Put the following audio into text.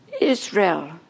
Israel